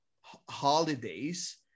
holidays